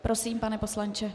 Prosím, pane poslanče.